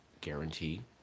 guarantee